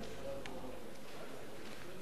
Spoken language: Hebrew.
אדוני